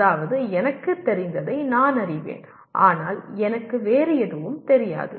அதாவது எனக்குத் தெரிந்ததை நான் அறிவேன் ஆனால் எனக்கு வேறு எதுவும் தெரியாது